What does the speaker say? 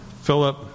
Philip